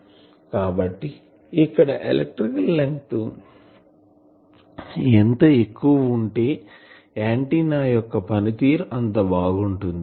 కాబట్టి ఇక్కడ electrical length ఎంత ఎక్కువ ఉంటే ఆంటిన్నా యొక్క పనితీరు అంతా బాగుంటుంది